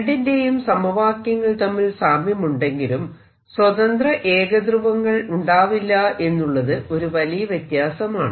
രണ്ടിന്റെയും സമവാക്യങ്ങൾ തമ്മിൽ സാമ്യമുണ്ടെങ്കിലും സ്വതന്ത്ര ഏക ധ്രുവങ്ങൾ ഉണ്ടാവില്ല എന്നുള്ളത് ഒരു വലിയ വ്യത്യാസമാണ്